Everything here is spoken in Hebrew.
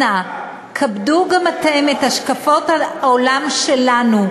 אנא, כבדו גם אתם את השקפות העולם שלנו,